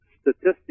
statistics